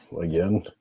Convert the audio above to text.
Again